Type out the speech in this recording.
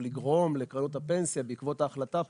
לגרום לקרנות הפנסיה בעקבות ההחלטה פה,